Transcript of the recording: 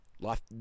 life